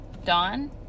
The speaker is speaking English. Dawn